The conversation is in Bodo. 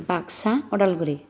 बागसा उदालगुरि